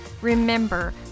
Remember